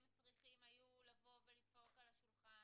הם היו צריכים לבוא ולדפוק על השולחן,